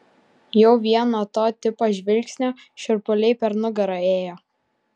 jau vien nuo to tipo žvilgsnio šiurpuliai per nugarą ėjo